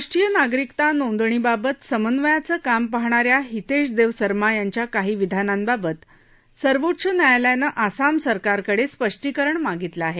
राष्ट्रीय नागरिकता नोंदणीबाबत समन्वयाचं काम पाहणा या हितेश देव सरमा यांच्या काही विधानांबाबत सर्वोच्च न्यायालयानं आसाम सरकारकडे स्पष्टीकरण मागितलं आहे